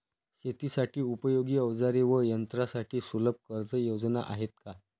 शेतीसाठी उपयोगी औजारे व यंत्रासाठी सुलभ कर्जयोजना आहेत का?